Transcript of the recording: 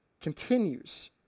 continues